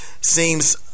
Seems